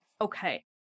okay